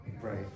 Right